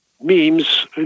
memes